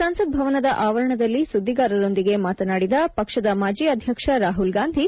ಸಂಸತ್ ಭವನದ ಆವರಣದಲ್ಲಿ ಸುದ್ದಿಗಾರರೊಂದಿಗೆ ಮಾತನಾಡಿದ ಪಕ್ಷದ ಮಾಜಿ ಅಧ್ಯಕ್ಷ ರಾಹುಲ್ ಗಾಂಧಿ